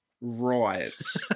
riots